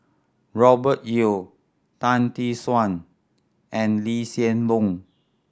Robert Yeo Tan Tee Suan and Lee Hsien Loong